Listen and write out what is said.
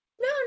No